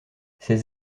ses